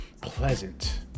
pleasant